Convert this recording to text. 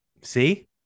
see